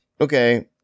okay